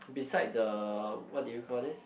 beside the what do you call this